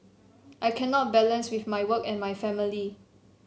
I cannot balance with my work and my family